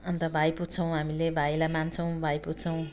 अन्त भाइ पूज्छौँ हामीले भाइलाई मान्छौँ भाइ पूज्छौँ